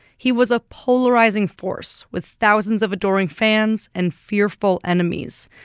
he was a polarizing force with thousands of adoring fans and fearful enemies.